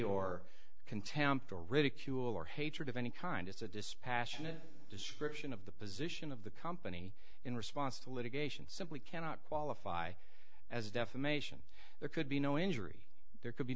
or contempt or ridicule or hatred of any kind it's a dispassionate description of the position of the company in response to litigation simply cannot qualify as defamation there could be no injury there could be